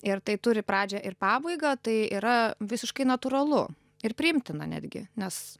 ir tai turi pradžią ir pabaigą tai yra visiškai natūralu ir priimtina netgi nes